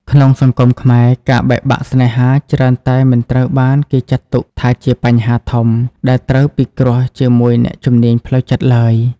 ក្នុងសង្គមខ្មែរ ការបែកបាក់ស្នេហាច្រើនតែមិនត្រូវបានគេចាត់ទុកថាជា "បញ្ហាធំ" ដែលត្រូវពិគ្រោះជាមួយអ្នកជំនាញផ្លូវចិត្តឡើយ។